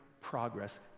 progress